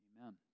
amen